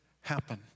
happen